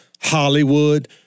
Hollywood